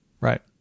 Right